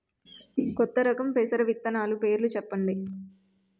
కొత్త రకం పెసర విత్తనాలు పేర్లు చెప్పండి?